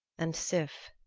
and sif.